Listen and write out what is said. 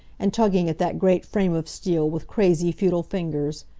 and tugging at that great frame of steel with crazy, futile fingers.